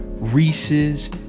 Reese's